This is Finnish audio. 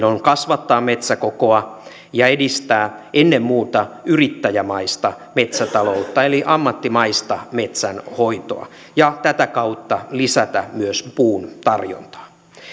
on kasvattaa metsäkokoa ja edistää ennen muuta yrittäjämäistä metsätaloutta eli ammattimaista metsänhoitoa ja tätä kautta lisätä myös puun tarjontaa